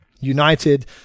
united